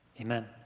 Amen